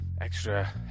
extra